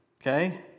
Okay